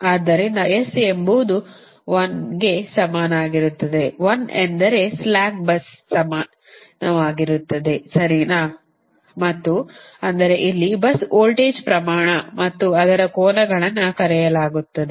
ಆದ್ದರಿಂದs ಎಂಬುದು 1 ಕ್ಕೆ ಸಮಾನವಾಗಿರುತ್ತದೆ 1 ಎಂದರೆ ಸ್ಲಾಕ್ bus ಸಮಾನವಾಗಿರುತ್ತದೆ ಸರಿನಾ ಮತ್ತು ಅಂದರೆ ಇಲ್ಲಿ bus ವೋಲ್ಟೇಜ್ ಪ್ರಮಾಣ ಮತ್ತು ಅದರ ಕೋನಗಳನ್ನು ಕರೆಯಲಾಗುತ್ತದೆ